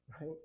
right